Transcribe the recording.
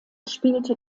spielte